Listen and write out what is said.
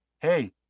Hey